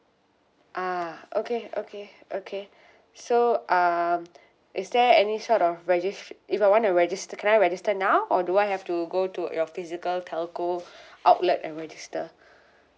ah okay okay okay so um is there any sort of regis~ if I want to register can I register now or do I have to go to your physical telco outlet and register